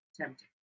tempting